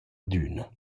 adüna